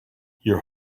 your